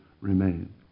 remain